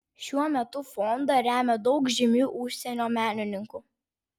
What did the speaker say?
šiuo metu fondą remia daug žymių užsienio menininkų